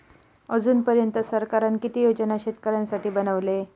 अजून पर्यंत सरकारान किती योजना शेतकऱ्यांसाठी बनवले?